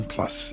Plus